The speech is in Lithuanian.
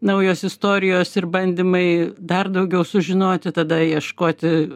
naujos istorijos ir bandymai dar daugiau sužinoti tada ieškoti